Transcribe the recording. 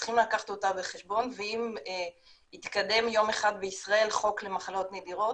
וצריכים לקחת אותה בחשבון ואם יתקדם יום אחד בישראל חוק למחלות נדירות